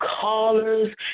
callers